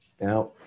Now